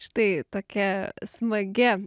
štai tokia smagia